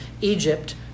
Egypt